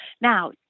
Now